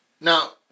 Now